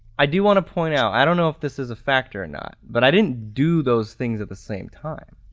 i do want to point out, i don't know if this is a factor or not but i didn't do those things at the same time.